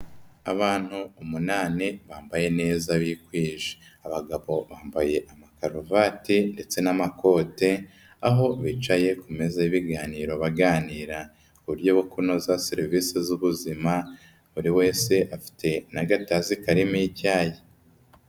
Abantu umunani bambaye neza bikwije, abagabo bambaye amakaruvati ndetse n'amakote, aho bicaye ku meza y'ibiganiro baganira ku buryo bwo kunoza serivisi z'ubuzima buri wese afite n'agatasi karimo icyayi.